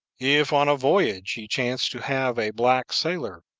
if on a voyage he chanced to have a black sailor,